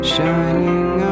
Shining